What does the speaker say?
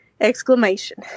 exclamation